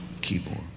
keyboard